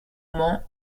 roman